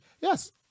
yes